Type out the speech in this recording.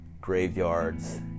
graveyards